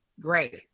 great